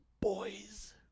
boys